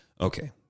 Okay